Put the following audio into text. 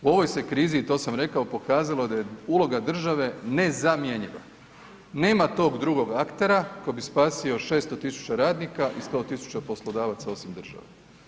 U ovoj se krizi i to sam rekao pokazalo da je uloga države nezamjenjiva, nema tog drugog aktera koji bi spasio 600.000 radnika i 100.000 poslodavaca osim države.